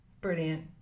brilliant